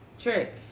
trick